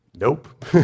Nope